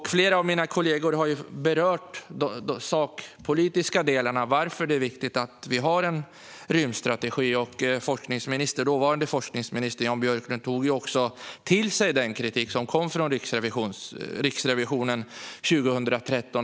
Flera av mina kollegor har berört de sakpolitiska delarna, alltså varför det är viktigt att vi har en rymdstrategi. Dåvarande forskningsministern Jan Björklund tog också till sig den kritik som kom från Riksrevisionen 2013.